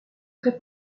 très